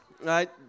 right